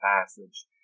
passage